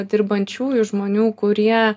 dirbančiųjų žmonių kurie